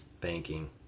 banking